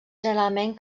generalment